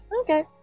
Okay